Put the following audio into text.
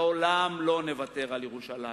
לעולם לא נוותר על ירושלים.